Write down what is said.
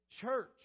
church